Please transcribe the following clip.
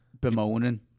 bemoaning